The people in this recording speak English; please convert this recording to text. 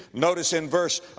notice in verse,